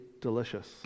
delicious